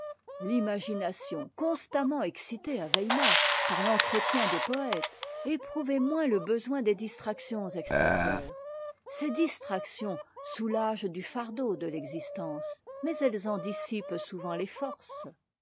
l'imagination constamment excitée à weimar par l'entretien des poëtes éprouvait moins le besoin des distractions extérieures ces distractions soulagent du fardeau de l'existence mais elles en dissipent souvent les forces